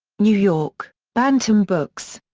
new york bantam books.